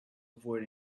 avoid